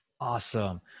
Awesome